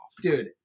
Dude